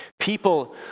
people